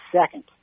second